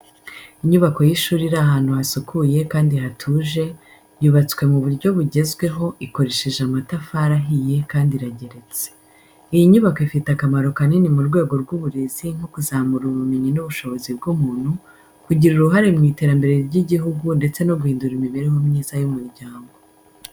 Inyubako y’ishuri iri ahantu hasukuye kandi hatuje, yubatswe mu buryo bugezweho ikoresheje amatafari ahiye kandi irageretse. Iyi nyubako ifite akamaro kanini mu rwego rw’uburezi nko kuzamura ubumenyi n’ubushobozi bw’umuntu, kugira uruhare mu iterambere ry’igihugu ndetse no guhindura imibereho myiza y’umuryango.